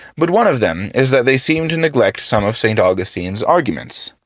but one of them is that they seem to neglect some of st. augustine's arguments.